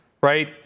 right